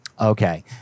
okay